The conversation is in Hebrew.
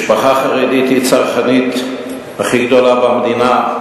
משפחה חרדית היא הצרכנית הכי גדולה במדינה,